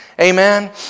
Amen